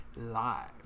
live